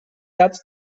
caps